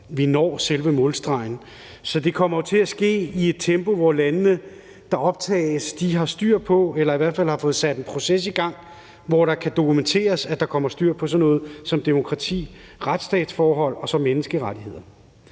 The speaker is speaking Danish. vi når til selve målstregen. Så det kommer jo til at ske i et tempo, hvor landene, der optages, har styr på eller i hvert fald har fået sat en proces i gang, hvor det kan dokumenteres, at der kommer styr på sådan noget som demokrati, retsstatsforhold og menneskerettigheder.